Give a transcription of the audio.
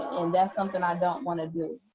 um that's something i don't wanna do.